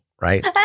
Right